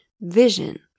vision